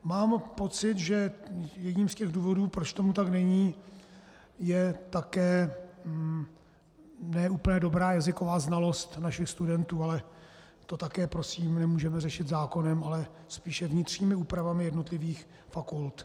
Mám pocit, že jedním z důvodů, proč tomu tak není, je také ne úplně dobrá jazyková znalost našich studentů, ale to také prosím nemůžeme řešit zákonem, ale spíše vnitřními úpravami jednotlivých fakult.